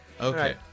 Okay